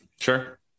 Sure